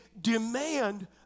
demand